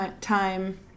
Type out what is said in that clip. time